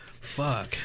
Fuck